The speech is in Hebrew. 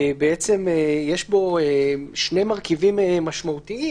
בעצם יש בו שני מרכיבים משמעותיים.